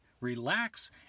relax